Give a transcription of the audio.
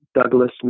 Douglas